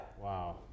Wow